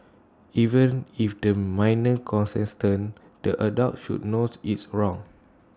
even if the minor consented the adult should knows it's wrong